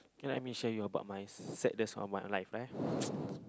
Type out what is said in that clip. okay let me share you about my sadness of my life eh